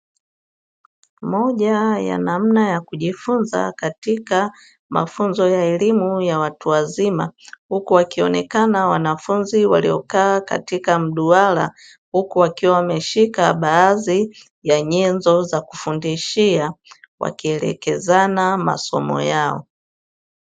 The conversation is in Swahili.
Moja ya namna ya kujifunza katika mafunzo ya elimu ya watu wazima, huku wakionekana wanafunzi waliokaa katika mduara huku wakiwa wameshika baadhi ya nyenzo za kufundishia wakielekezana masomo yao.